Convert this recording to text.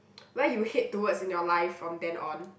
where you head towards in your life from then on